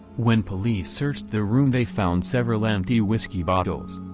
when police searched the room they found several empty whiskey bottles.